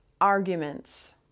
arguments